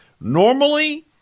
Normally